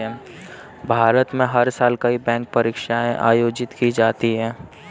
भारत में हर साल कई बैंक परीक्षाएं आयोजित की जाती हैं